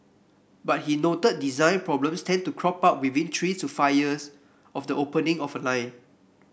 but he noted design problems tend to crop up within three to five years of the opening of a line